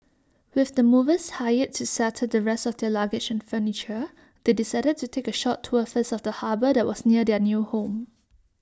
with the movers hired to settle the rest of their luggage and furniture they decided to take A short tour first of the harbour that was near their new home